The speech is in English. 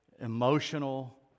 emotional